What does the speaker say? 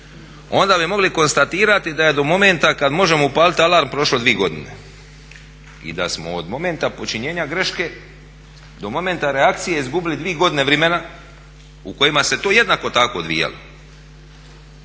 onda bi mogli konstatirati da je do momenta kada možemo upaliti alarm prošlo dvije godine i da smo od momenta počinjenja greške do momenta reakcije izgubili dvije godine vremena u kojima se to jednako tako odvijalo.